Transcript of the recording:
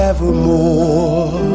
Evermore